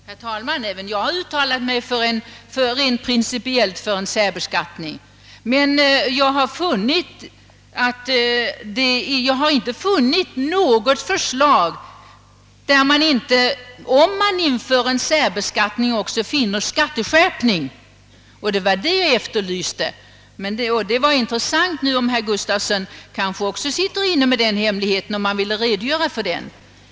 Herr talman! Även jag har uttalat mig rent principiellt för särbeskattning, men jag har hittills inte sett något förslag där särbeskattningen inte leder till skatteskärpning. Det var ett sådant förslag som jag nu. efterlyste, och om herr Gustafson i Göteborg sitter inne med hemligheten, så kanske han vill redogöra för den.